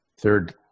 Third